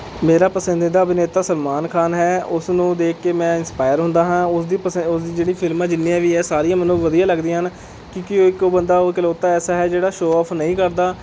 ਮੇਰਾ ਪਸੰਸੀਦਾ ਅਭਿਨੇਤਾ ਸਲਮਾਨ ਖਾਨ ਹੈ ਉਸਨੂੰ ਦੇਖ ਕੇ ਮੈਂ ਇੰਨਸਪਾਇਰ ਹੁੰਦਾ ਹਾਂ ਉਸਦੀ ਉਸਦੀ ਜਿਹੜੀ ਫਿਲਮਾਂ ਜਿੰਨੀਆਂ ਵੀ ਹੈ ਸਾਰੀਆਂ ਮੈਨੂੰ ਵਧੀਆ ਲੱਗਦੀਆਂ ਹਨ ਕਿਉਂਕਿ ਇੱਕ ਉਹ ਬੰਦਾ ਉਹ ਇੱਕਲੋਤਾ ਐਸਾ ਹੈ ਜਿਹੜਾ ਸ਼ੋਅ ਆਫ ਨਹੀਂ ਕਰਦਾ